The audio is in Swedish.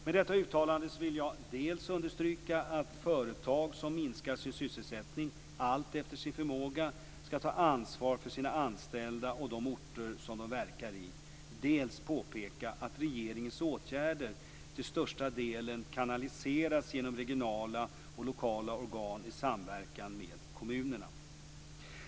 Med detta uttalande vill jag dels understryka att företag som minskar sin sysselsättning, alltefter sin förmåga, skall ta ansvar för sina anställda och de orter som de verkar i, dels påpeka att regeringens åtgärder till största delen kanaliseras genom regionala och lokala organ i samverkan med kommunerna.